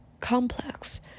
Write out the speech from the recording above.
complex